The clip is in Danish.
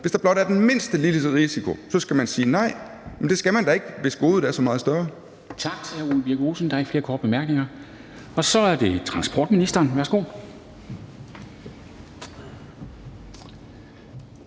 Hvis der blot er den mindste lille risiko, skal man sige nej. Men det skal man da ikke, hvis godet er så meget større.